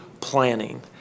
planning